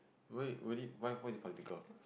rel~ really why why is it political